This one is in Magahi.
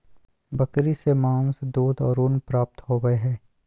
बकरी से मांस, दूध और ऊन प्राप्त होबय हइ